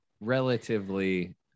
relatively